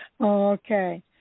okay